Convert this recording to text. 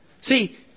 See